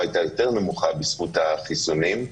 הייתה יותר נמוכה בזכות החיסונים,